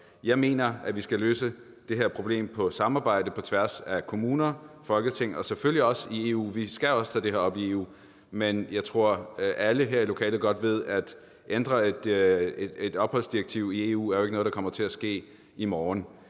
Jeg mener, at vi skal løse det her problem i et samarbejde på tværs af kommuner, Folketing og selvfølgelig også EU. Vi skal også tage det her op i EU, men jeg tror, at alle her i lokalet godt ved, at det at ændre et opholdsdirektiv i EU jo ikke er noget, der kommer til at ske i morgen.